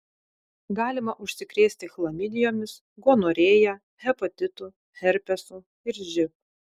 galima užsikrėsti chlamidijomis gonorėja hepatitu herpesu ir živ